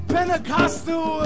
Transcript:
Pentecostal